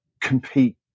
compete